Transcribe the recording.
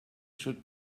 should